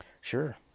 sure